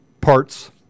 parts